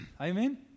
Amen